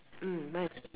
mm mine is